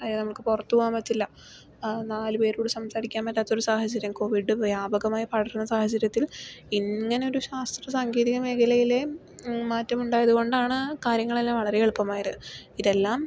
അതായത് നമുക്ക് പുറത്ത് പോവാൻ പറ്റില്ല നാല് പേരോട് സംസാരിക്കാൻ പറ്റാത്തൊരു സാഹചര്യം കോവിഡ് വ്യാപകമായി പടർന്ന സാഹചര്യത്തിൽ ഇങ്ങനൊരു ശാസ്ത്രസാങ്കേതികമേഖലയിലെ മാറ്റമുണ്ടായത് കൊണ്ടാണ് കാര്യങ്ങളെല്ലാം വളരേ എളുപ്പമായത് ഇതെല്ലാം